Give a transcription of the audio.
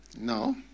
No